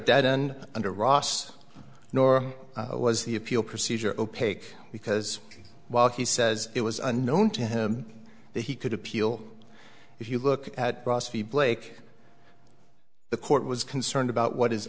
dead end under ross nor was the appeal procedure opaque because while he says it was unknown to him that he could appeal if you look at blake the court was concerned about what is